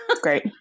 Great